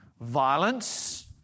violence